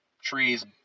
trees